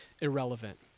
irrelevant